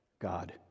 God